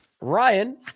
Ryan